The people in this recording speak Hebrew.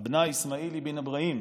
אבנאא' איסמאעיל אבן איברהים,